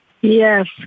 Yes